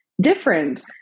different